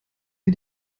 mir